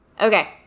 Okay